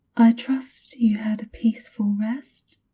i trust you had a peaceful rest?